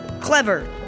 clever